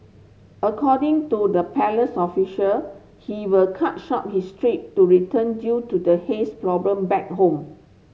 according to the palace official he will cut short his trip to return due to the haze problem back home